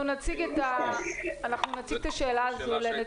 אנחנו נציג את השאלה הזאת לנציג רת"א.